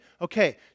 Okay